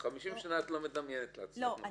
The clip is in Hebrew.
50 שנה את לא מדמיינת לעצמך, נכון?